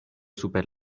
super